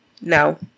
No